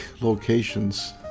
locations